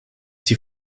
die